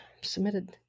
submitted